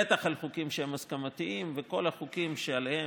בטח על חוקים שהם הסכמתיים וכל החוקים שעליהם,